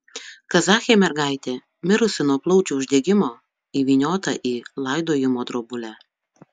kazachė mergaitė mirusi nuo plaučių uždegimo įvyniota į laidojimo drobulę